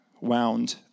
wound